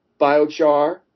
biochar